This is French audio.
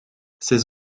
ses